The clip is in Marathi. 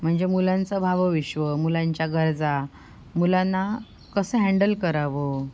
म्हणजे मुलांचं भावविश्व मुलांच्या गरजा मुलांना कसं हॅंडल करावं